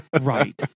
Right